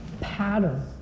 pattern